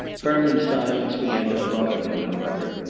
herman's silence began to alarm him, however,